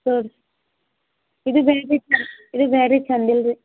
ತೋರ್ಸ್ ಇದು battery sir ಇದು battery ಚಂದ್ ಇಲ್ರಿ